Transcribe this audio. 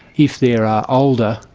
if there are older,